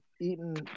Eaten